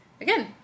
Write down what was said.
again